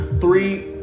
three